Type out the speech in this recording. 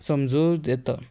समजूर येता